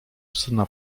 syna